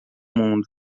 mundo